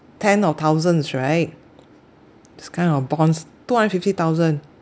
ten of thousands right this kind of bonds two hundred fifty thousand